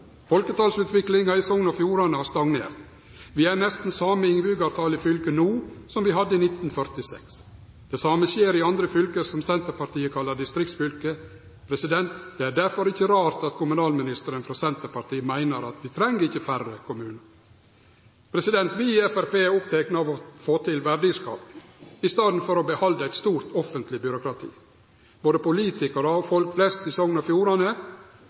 same innbyggjartalet i fylket no som vi hadde i 1946. Det same skjer i andre fylke, som Senterpartiet kallar distriktsfylke. Det er derfor ikkje rart at kommunalministeren frå Senterpartiet meiner at vi ikkje treng færre kommunar. Vi i Framstegspartiet er opptekne av å få til verdiskaping i staden for å behalde eit stort offentleg byråkrati. Både politikarar og folk flest i Sogn og Fjordane